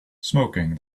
smoking